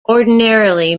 ordinarily